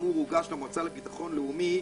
שכאמור הוגש למועצה לביטחון לאומי,